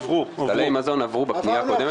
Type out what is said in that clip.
סלי מזון עברו בפנייה הקודמת,